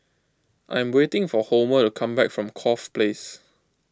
I'm waiting for Homer to come back from Corfe Place